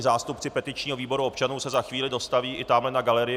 Zástupci petičního výboru občanů se za chvíli dostaví i tamhle na galerii.